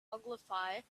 ogilvy